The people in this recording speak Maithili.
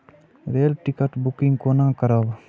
रेल टिकट बुकिंग कोना करब?